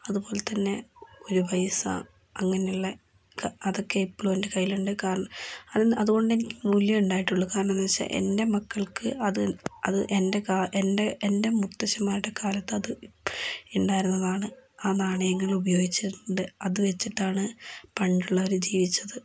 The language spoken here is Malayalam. അതുപോലെ തന്നെ ഒരു പൈസ അങ്ങനെയുള്ളെ അതൊക്കെ എപ്പോഴും എൻ്റെ കയ്യിലുണ്ട് അതുകൊണ്ട് എനിക്ക് മൂല്യമേ ഉണ്ടായിട്ടുള്ളൂ കാരണം എന്തെന്നു വച്ചാൽ എൻ്റെ മക്കൾക്ക് അത് അത് എൻ്റെ എൻ്റെ എൻ്റെ മുത്തശ്ശന്മാരുടെ കാലത്ത് അത് ഉണ്ടായിരുന്നതാണ് ആ നാണയങ്ങൾ ഉപയോഗിച്ചിട്ടുണ്ട് അതുവച്ചിട്ടാണ് പണ്ടുള്ളവർ ജീവിച്ചത്